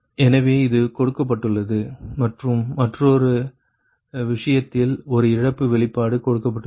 எனவே இது கொடுக்கப்பட்டுள்ளது மற்றும் மற்றொரு விஷயத்தில் ஒரு இழப்பு வெளிப்பாடு கொடுக்கப்பட்டுள்ளது